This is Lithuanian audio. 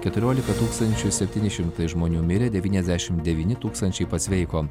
keturiolika tūkstančių septyni šimtai žmonių mirė devyniasdešimt devyni tūkstančiai pasveiko